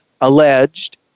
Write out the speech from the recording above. alleged